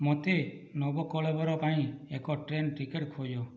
ମୋତେ ନବକଳେବର ପାଇଁ ଏକ ଟ୍ରେନ୍ ଟିକେଟ୍ ଖୋଜ